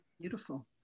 Beautiful